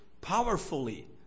powerfully